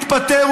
מתפטר,